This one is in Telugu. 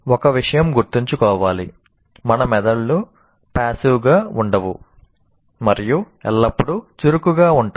ఒక విషయం గుర్తుంచుకోవాలి మన మెదళ్ళు పాసివ్ గా ఉండవు మరియు ఎల్లప్పుడూ చురుకుగా ఉంటాయి